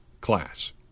class